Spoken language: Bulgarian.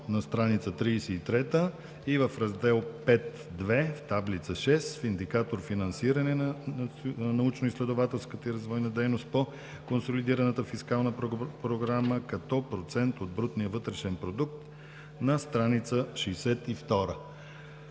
на стр. 33 и в Раздел 5.2, в Таблица 6, в индикатор „Финансиране на научноизследователската и развойна дейност по консолидираната фискална програма като процент от брутния вътрешен продукт“, на стр. 62.